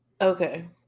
Okay